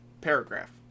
Paragraph